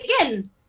again